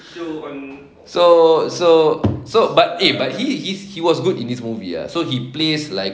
so so so so but eh but he is he was good in this movie so he plays like